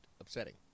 upsetting